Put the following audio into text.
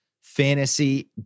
fantasy